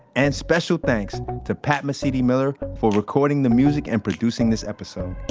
and special thanks to pat mesiti-miller for recording the music and producing this episode